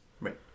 Right